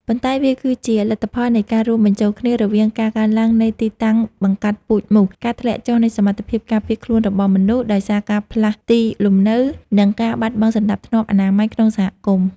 ប៉ុន្តែវាគឺជាលទ្ធផលនៃការរួមបញ្ចូលគ្នារវាងការកើនឡើងនៃទីតាំងបង្កាត់ពូជមូស ការធ្លាក់ចុះនៃសមត្ថភាពការពារខ្លួនរបស់មនុស្សដោយសារការផ្លាស់ទីលំនៅ និងការបាត់បង់សណ្តាប់ធ្នាប់អនាម័យក្នុងសហគមន៍។